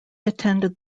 attended